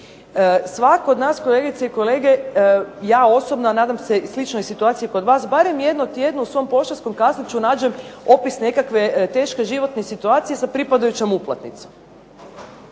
Svatko od nas kolegice i kolege ja osobno a nadam se i sličnoj situaciji kod vas barem jednom tjedno u svom poštanskom kasliću nađem opis nekakve teške životne situacije sa pripadajućom uplatnicom.